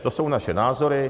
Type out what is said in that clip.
To jsou naše názory.